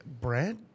Bread